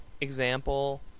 example